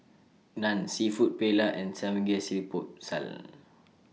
Naan Seafood Paella and Samgeyopsal